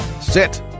Sit